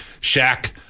Shaq